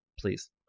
please